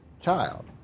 child